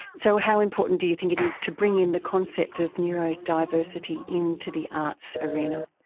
so how important do you think it is to bring in the concept of neurodiversity into the arts arena?